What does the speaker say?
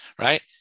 Right